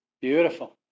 Beautiful